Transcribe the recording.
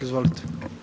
Izvolite.